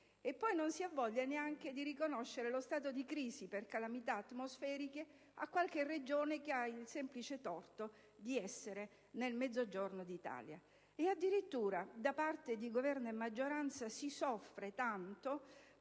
E poi non si ha voglia neanche di riconoscere lo stato di crisi per calamità atmosferiche a qualche regione che ha il semplice torto di trovarsi nel Mezzogiorno d'Italia. E addirittura, da parte di Governo e maggioranza, si soffre tanto